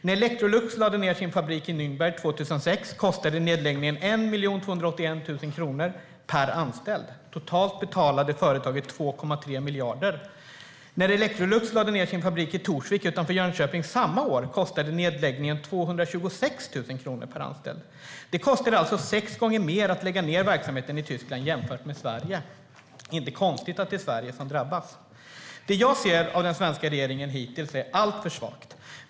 När Electrolux lade ner sin fabrik i Nürnberg 2006 kostade nedläggningen 1 281 000 kronor per anställd. Totalt betalade företaget 2,3 miljarder. När Electrolux lade ned sin fabrik i Torsvik utanför Jönköping samma år kostade nedläggningen 226 000 kronor per anställd. Det kostade alltså sex gånger mer att lägga ned verksamheten i Tyskland jämfört med i Sverige. Det är inte konstigt att det är Sverige som drabbas. Det jag har sett av den svenska regeringen hittills är alltför svagt.